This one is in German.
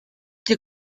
die